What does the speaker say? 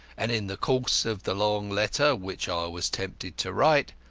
and in the course of the long letter which i was tempted to write,